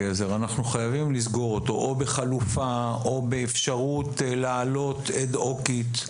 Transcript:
אנחנו חייבים לסגור אותו או בחלופה או באפשרות להעלות אד-הוקית.